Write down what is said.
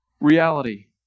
reality